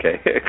okay